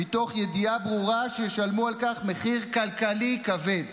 מתוך ידיעה ברורה שישלמו על כך מחיר כלכלי כבד.